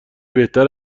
بهتر